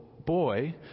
boy